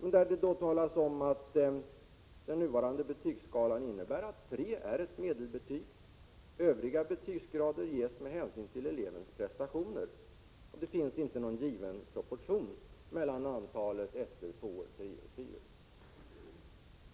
vet jag inte, att den nuvarande betygsskalan innebär att betyget tre är ett medelbetyg — övriga betygsgrader ges med hänsyn till elevens prestationer — och att det inte skall finnas någon proportion mellan antalet ettor, tvåor, treor och fyror.